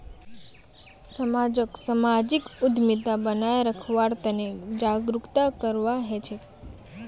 समाजक सामाजिक उद्यमिता बनाए रखवार तने जागरूकता करवा हछेक